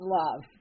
love